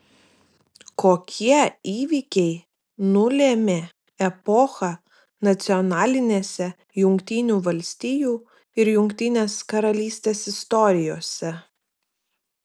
kokie įvykiai nulėmė epochą nacionalinėse jungtinių valstijų ir jungtinės karalystės istorijose